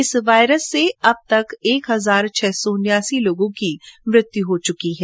इस वायरस से अब तक एक हजार छह सौ उन्यासी लोगों की मृत्यु हो चुकी है